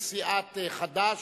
חד"ש,